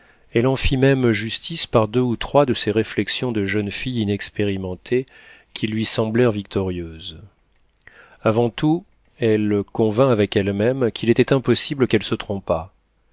elle en fit même justice par deux ou trois de ces réflexions de jeune fille inexpérimentée qui lui semblèrent victorieuses avant tout elle convint avec elle-même qu'il était impossible qu'elle se trompât